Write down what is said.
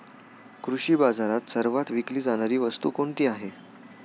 कृषी बाजारात सर्वात विकली जाणारी वस्तू कोणती आहे?